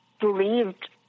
believed